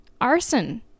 Arson